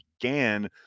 began